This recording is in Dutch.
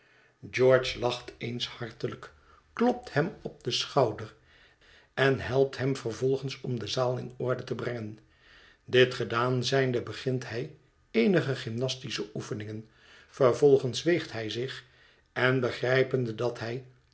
george lacht eens hartelijk klopt hem op den schouder en helpt hem vervolgens om de zaal in orde te brengen dit gedaan zijnde begint hij eenige gymnastische oefeningen vervolgens weegt hij zich en begrijpende dat hij